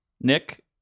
Nick